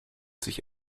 sich